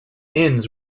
ends